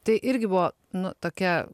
tai irgi buvo nu tokia